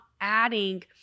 adding